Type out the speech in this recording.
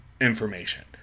information